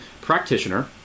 practitioner